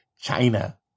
China